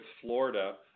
Florida